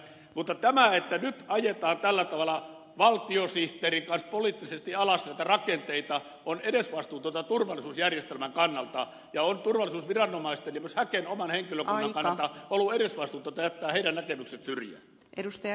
mutta tämä että nyt ajetaan tällä tavalla valtiosihteerin kanssa poliittisesti alas näitä rakenteita on edesvastuutonta turvallisuusjärjestelmän kannalta ja on turvallisuusviranomaisten ja myös häken oman henkilökunnan kannalta ollut edesvastuutonta jättää heidän näkemyksensä syrjään